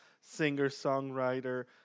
singer-songwriter